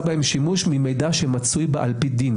בהן שימוש ממידע שמצוי בה על פי דין.